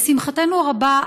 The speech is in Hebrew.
לשמחתנו הרבה,